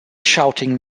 shouting